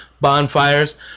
bonfires